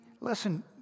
listen